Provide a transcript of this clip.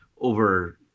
over